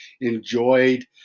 enjoyed